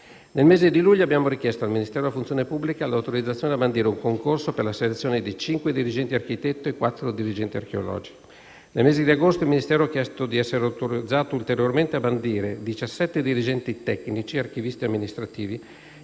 Nel mese di luglio abbiamo richiesta al Ministero della funzione pubblica l'autorizzazione a bandire un concorso per la selezione di cinque dirigenti architetto e quattro dirigenti archeologi. Nel mese di agosto il Ministero ha chiesto di essere autorizzato ulteriormente a bandire un concorso per 17 dirigenti tecnici (archivisti e amministrativi)